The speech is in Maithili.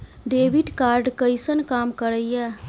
डेबिट कार्ड कैसन काम करेया?